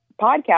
podcast